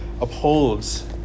upholds